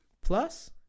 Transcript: plus